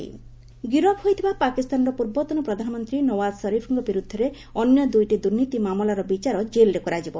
Sharif trial ଗିରଫ ହୋଇଥିବା ପାକିସ୍ତାନର ପୂର୍ବତନ ପ୍ରଧାନମନ୍ତ୍ରୀ ନୱାଜ୍ ଶରିଫ୍ଙ୍କ ବିରୁଦ୍ଧରେ ଅନ୍ୟ ଦୁଇଟି ଦୁର୍ନୀତି ମାମଲାର ବିଚାର ଜେଲ୍ରେ କରାଯିବ